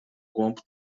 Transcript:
głąb